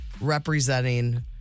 representing